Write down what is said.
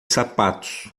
sapatos